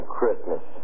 Christmas